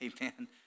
Amen